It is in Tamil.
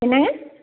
என்னங்க